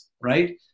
right